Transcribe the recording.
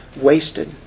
wasted